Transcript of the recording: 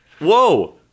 Whoa